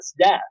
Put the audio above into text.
death